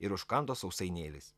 ir užkando sausainėliais